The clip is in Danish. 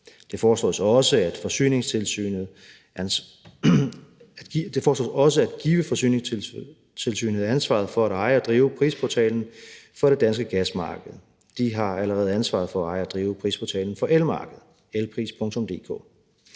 Det foreslås også at give Forsyningstilsynet ansvaret for at eje og drive prisportalen for det danske gasmarked. De har allerede ansvaret for at eje og drive prisportalen for elmarkedet, www.elpris.dk.